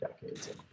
decades